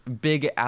big